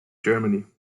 germany